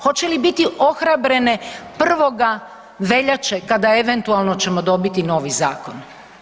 Hoće li biti ohrabrene 1. veljače kada eventualno ćemo dobiti novi zakon?